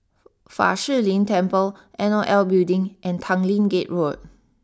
Fa Shi Lin Temple N O L Building and Tanglin Gate Road